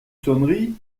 sonnerie